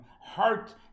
heart